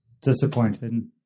disappointed